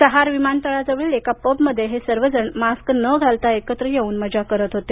सहार विमानतळाजवळील एका पबमध्ये हे सर्वजण मास्क न घालता एकत्र येऊन मजा करत होते